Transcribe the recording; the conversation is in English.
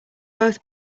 both